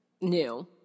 new